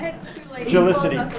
jelicity